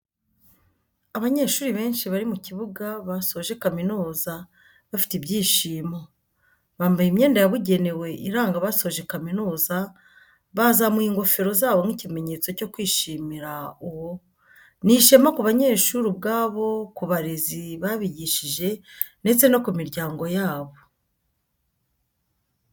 Abanyeshuri benshi bari mu kibuga basoje kaminuza bafite ibyishimo, bambaye imyenda yabugenewe iranga abasoje kaminuza bazamuye ingofero zabo nk'ikimenyetso cyo kwishimira uwo, ni ishema ku banyeshuri ubwabo, ku barezi babigishije ndetse no ku miryango yabo.